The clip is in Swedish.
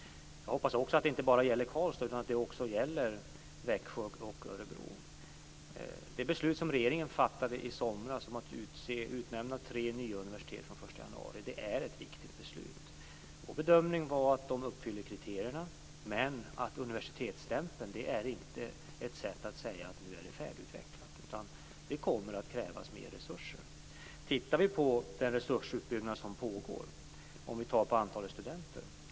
Jag hoppas också att det inte bara gäller Karlstad utan att det också gäller Växjö och Det beslut som regeringen fattade i somras om att utnämna tre nya universitet från den 1 januari är ett viktigt beslut. Vår bedömning var att de uppfyller kriterierna. Men universitetsstämpeln är inte ett sätt att säga att nu är det färdigutvecklat. Det kommer att krävas mer resurser. Vi kan titta på den resursutbyggnad som pågår om vi ser till antalet studenter.